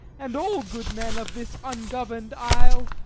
and all good men of this ungovern'd isle.